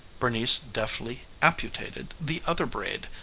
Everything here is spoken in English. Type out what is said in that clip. bernice deftly amputated the other braid,